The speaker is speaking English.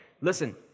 listen